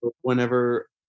whenever